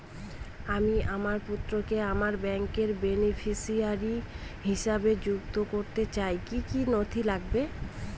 আমি আমার পুত্রকে আমার ব্যাংকের বেনিফিসিয়ারি হিসেবে সংযুক্ত করতে চাইলে কি কী নথি লাগবে?